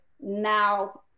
now